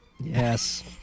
yes